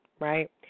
Right